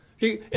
See